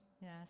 Yes